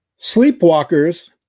Sleepwalkers